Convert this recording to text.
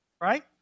Right